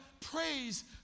praise